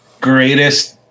greatest